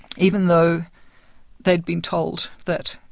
even though they'd been told that